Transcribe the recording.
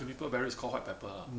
juniper berry is called white pepper ah